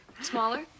Smaller